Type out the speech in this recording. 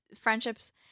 friendships